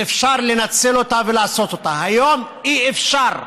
ואפשר לנצל ולעשות אותה, היום אי-אפשר.